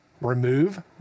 Remove